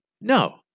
no